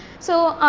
so,